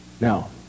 Now